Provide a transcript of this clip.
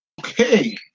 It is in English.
Okay